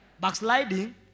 Backsliding